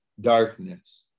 darkness